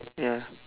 ya